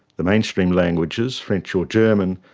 the mainstream languages, french or german,